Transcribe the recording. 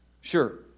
sure